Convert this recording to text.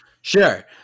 sure